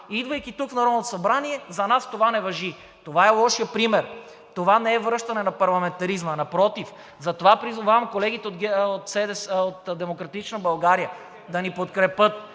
идвайки тук в Народното събрание, за нас това не важи. Това е лошият пример. Това не е връщане на парламентаризма. Напротив. Затова призовавам колегите от „Демократична България“ да ни подкрепят.